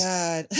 God